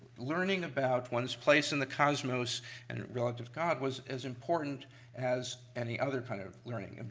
learning about one's place in the cosmos and a relative god was as important as any other kind of learning.